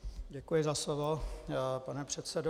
Děkuji za slovo, pane předsedo.